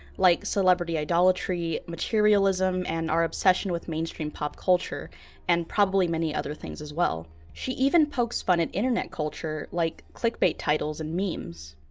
like celebrity idolatry materialism, and our obsession with main stream pop-culture and probably many other things as well. she even pokes fun at internet culture like clickbait titles and memes.